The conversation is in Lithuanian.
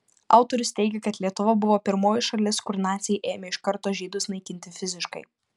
autorius teigia kad lietuva buvo pirmoji šalis kur naciai ėmė iš karto žydus naikinti fiziškai